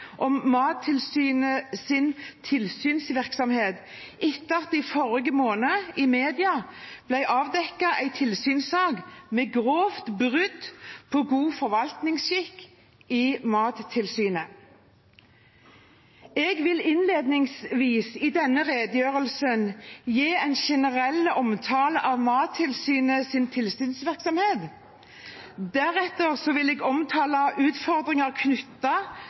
om Mattilsynets tilsynsvirksomhet etter at det i forrige måned i mediene ble avdekket en tilsynssak med grove brudd på god forvaltningsskikk i Mattilsynet. Jeg vil innledningsvis i denne redegjørelsen gi en generell omtale av Mattilsynets tilsynsvirksomhet. Deretter vil jeg omtale utfordringer